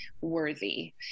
worthy